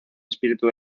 espíritu